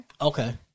Okay